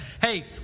hey